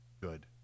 good